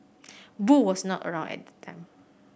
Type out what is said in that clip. Boo was not around at the time